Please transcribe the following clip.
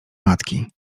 matki